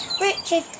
Richard